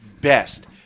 best